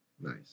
Nice